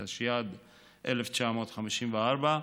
התשי"ד 1954,